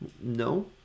No